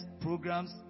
programs